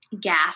Gas